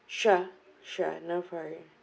sure sure no worry